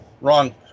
wrong